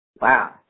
Wow